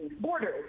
borders